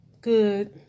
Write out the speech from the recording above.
good